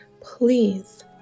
please